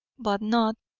but not,